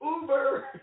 Uber